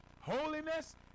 holiness